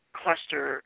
cluster